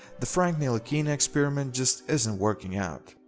the frank ntilikina experiment just isn't working out.